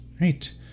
right